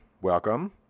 welcome